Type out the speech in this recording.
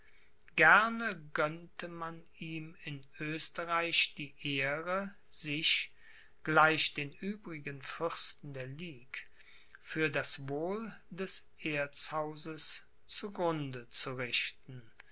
gerne gönnte man ihm in oesterreich die ehre sich gleich den übrigen fürsten der ligue für das wohl des erzhauses zu grunde zu richten